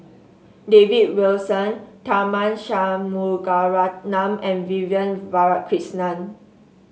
David Wilson Tharman Shanmugaratnam and Vivian Balakrishnan